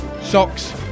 socks